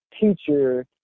teacher